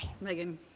Megan